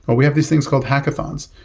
but we have these things called hackathons,